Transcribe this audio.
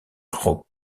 group